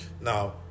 now